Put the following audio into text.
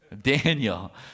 Daniel